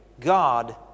God